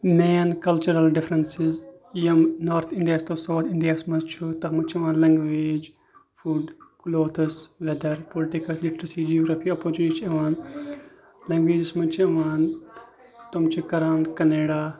main cultural differences یِم north اِنڈیاہَس تہٕ ساوُتھ اِنڈیاہَس منٛز چھُ تَتھ منٛز چھِ یِوان language food clothes weather political literacy geography opportunity چھِ یِوان لینٛگویجَس منٛز چھِ یِوان تم چھِ کَران کَنیڈا